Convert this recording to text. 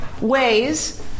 ways